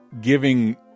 giving